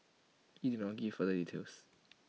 IT did not give further details